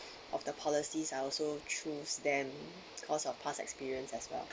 of the policies I also choose them cause of past experience as well